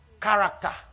character